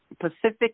Pacific